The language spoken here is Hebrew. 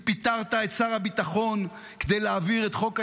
אם פיטרת את שר הביטחון כדי להעביר את חוק ההשתמטות,